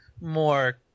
more